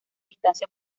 distancia